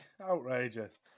outrageous